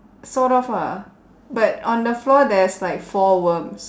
sort of ah but on the floor there's like four worms